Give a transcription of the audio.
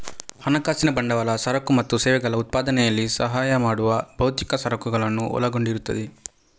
ಹಣಕಾಸಿನ ಬಂಡವಾಳ ಸರಕು ಮತ್ತು ಸೇವೆಗಳ ಉತ್ಪಾದನೆಯಲ್ಲಿ ಸಹಾಯ ಮಾಡುವ ಭೌತಿಕ ಸರಕುಗಳನ್ನು ಒಳಗೊಂಡಿರುತ್ತದೆ